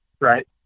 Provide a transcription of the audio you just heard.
right